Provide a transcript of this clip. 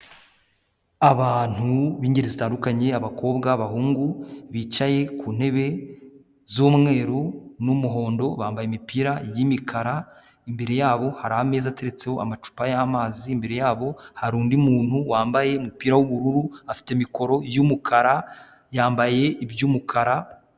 Abantu b'ingeri zitandukanye, abakobwa, abahungu bicaye ku ntebe z'umweru n'umuhondo, bambaye imipira y'imikara, imbere yabo hari ameza ateretseho amacupa y'amazi, imbere yabo hari undi muntu wambaye umupira w'ubururu afite mikoro y'umukara, yambaye iby'umukara.